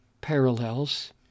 parallels